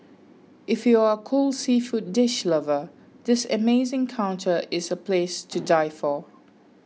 if you are a cold seafood dish lover this amazing counter is a place to die for